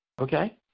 okay